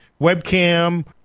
webcam